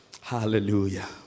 hallelujah